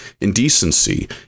indecency